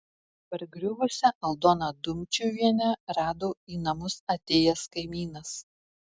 pargriuvusią aldoną dumčiuvienę rado į namus atėjęs kaimynas